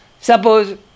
Suppose